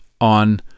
on